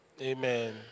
Amen